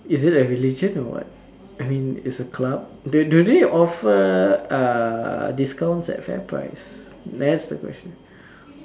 is it a religion or what I mean is a club do do they offer uh discounts at Fairprice that's the question